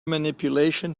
manipulation